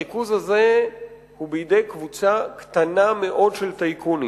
הריכוז הזה הוא בידי קבוצה קטנה מאוד של טייקונים.